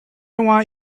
want